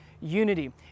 unity